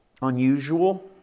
Unusual